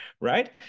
Right